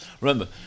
remember